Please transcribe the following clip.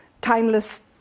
timeless